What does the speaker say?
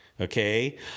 okay